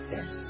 Yes